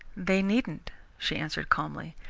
they needn't, she answered calmly.